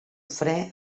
fre